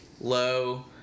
low